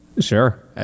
sure